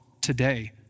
today